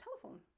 telephone